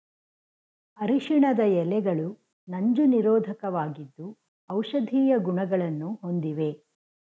ಅರಿಶಿಣದ ಎಲೆಗಳು ನಂಜು ನಿರೋಧಕವಾಗಿದ್ದು ಔಷಧೀಯ ಗುಣಗಳನ್ನು ಹೊಂದಿವೆ